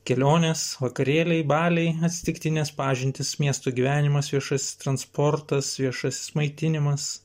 kelionės vakarėliai baliai atsitiktinės pažintys miestų gyvenimas viešasis transportas viešasis maitinimas